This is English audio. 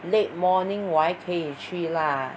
late morning 我还可以去 lah